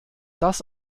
das